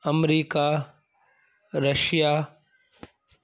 America Russia